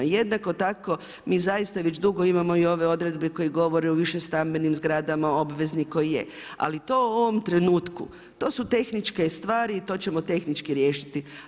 Jednako tako mi zaista već dugo imamo i ove odredbe koje govore o više stambenim zgradama, … koji je, ali to u ovom trenutku tko su tehničke stvari i to ćemo tehnički riješiti.